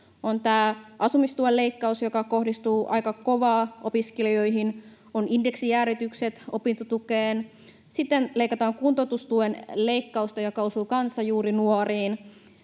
On asumistuen leikkaus, joka kohdistuu aika kovaa opiskelijoihin, on indeksijäädytykset opintotukeen, sitten leikataan kuntoutustukea, mikä osuu kanssa juuri nuoriin,